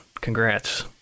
Congrats